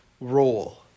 role